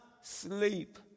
sleep